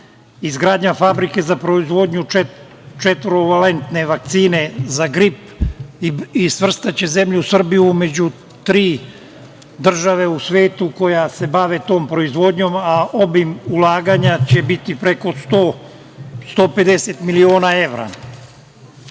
izgradnja fabrike za proizvodnju četvorovalentne vakcine za grip i svrstaće zemlju Srbiju među tri države u svetu koje se bave tom proizvodnjom, a obim ulaganja će biti preko 100, 150 miliona evra,